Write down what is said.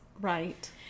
right